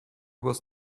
was